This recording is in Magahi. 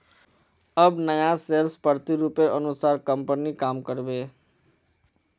अब नया सेल्स प्रतिरूपेर अनुसार कंपनी काम कर बे